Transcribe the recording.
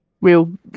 real